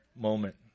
moment